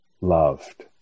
loved